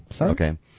Okay